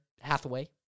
Hathaway